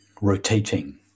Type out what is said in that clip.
rotating